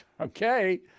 Okay